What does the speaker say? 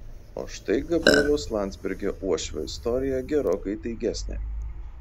o štai gabrieliaus landsbergio uošvio istorija gerokai įtaigesnė